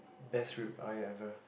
best rib rice ever